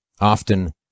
often